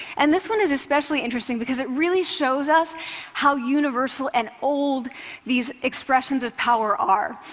and this one is especially interesting because it really shows us how universal and old these expressions of power are.